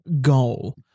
goal